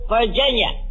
Virginia